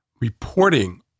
reporting